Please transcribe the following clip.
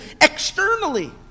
externally